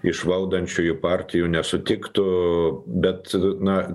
iš valdančiųjų partijų nesutiktų bet na